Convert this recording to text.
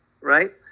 right